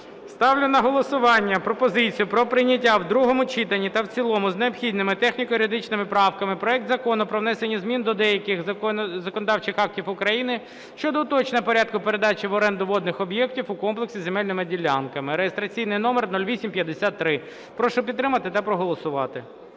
Ставлю на голосування пропозицію про прийняття в другому читанні та в цілому з необхідними техніко-юридичними правками проект Закону про внесення змін до деяких законодавчих актів України щодо уточнення порядку передачі в оренду водних об'єктів у комплексі з земельними ділянками (реєстраційний номер 0853). Прошу підтримати та проголосувати.